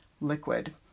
liquid